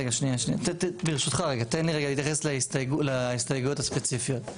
ברשותך, תן לי להתייחס להסתייגויות הספציפיות.